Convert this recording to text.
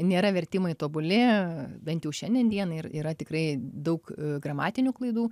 nėra vertimai tobuli bent jau šiandien dienai ir yra tikrai daug gramatinių klaidų